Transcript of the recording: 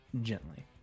gently